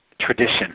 tradition